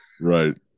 Right